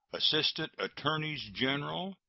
assistant attorneys-general,